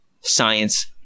science